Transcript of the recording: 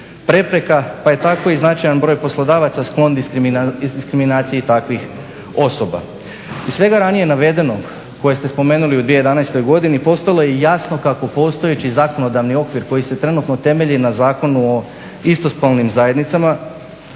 prepreka, pa je tako i značajan broj poslodavaca sklon diskriminaciji takvih osoba. Iz svega ranije navedenog, koje ste spomenuli u 2011. godini postalo je jasno kako postojeći zakonodavni okvir koji se trenutno temelji na Zakonu o isto spolnim zajednicama.